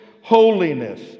holiness